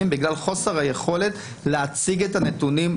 בגלל חוסר היכולת להציג את הנתונים,